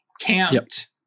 camped